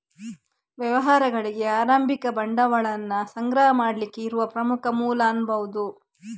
ವ್ಯವಹಾರಗಳಿಗೆ ಆರಂಭಿಕ ಬಂಡವಾಳವನ್ನ ಸಂಗ್ರಹ ಮಾಡ್ಲಿಕ್ಕೆ ಇರುವ ಪ್ರಮುಖ ಮೂಲ ಅನ್ಬಹುದು